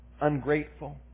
ungrateful